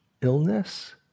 illness